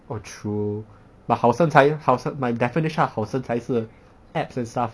oh true but 好身材好身 my definition of 好身材是 abs and stuff